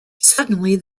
suddenly